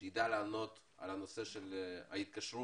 שיידע לענות על הנושא של ההתקשרות